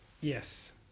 Yes